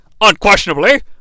Unquestionably